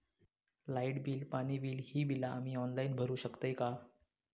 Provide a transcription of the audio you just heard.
Light bill, पाणी bill, ही बिला आम्ही ऑनलाइन भरू शकतय का?